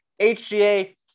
HGA